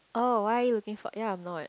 oh why are you looking for ya I'm not